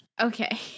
Okay